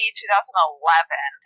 2011